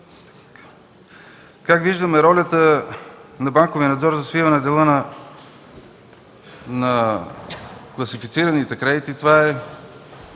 Как виждаме ролята на банковия надзор за свиване дела на класифицираните кредити. Това е